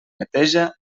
neteja